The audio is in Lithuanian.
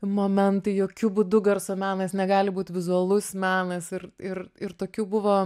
momentai jokiu būdu garso menas negali būt vizualus menas ir ir ir tokių buvo